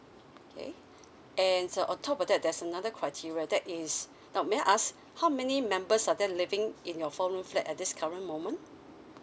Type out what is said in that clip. okay and so on top of that there's another criteria that is now may I ask how many members are there living in your four room flat at this current moment